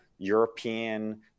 European